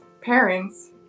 parents